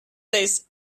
list